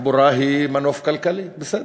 חבר הכנסת מוחמד ברכה, בבקשה,